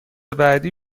بعدی